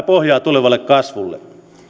pohjaa tulevalle kasvulle